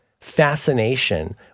fascination